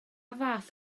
fath